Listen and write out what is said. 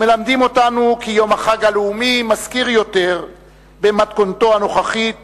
מלמדים אותנו כי יום החג הלאומי במתכונתו הנוכחית